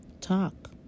talk